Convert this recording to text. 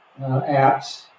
apps